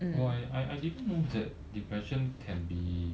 !wah! I I didn't know that depression can be